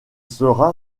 sera